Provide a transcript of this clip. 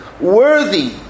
worthy